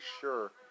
sure